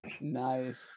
Nice